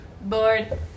Bored